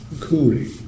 Cooling